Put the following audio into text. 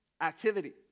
activity